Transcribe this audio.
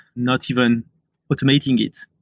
not even automating it.